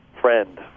friend